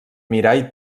mirall